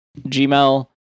gmail